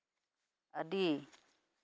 ᱟᱹᱰᱤ